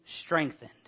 strengthened